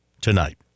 tonight